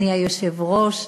אדוני היושב-ראש,